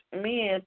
men